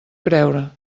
creure